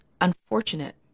unfortunate